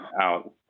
out